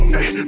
Hey